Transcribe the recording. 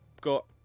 got